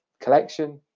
collection